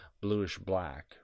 bluish-black